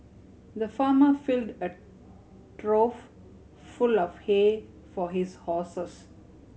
the farmer filled a trough full of hay for his horses